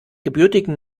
gebürtigen